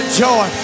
joy